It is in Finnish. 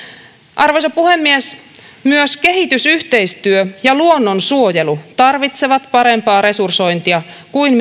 arvoisa puhemies myös kehitysyhteistyö ja luonnonsuojelu tarvitsevat parempaa resursointia kuin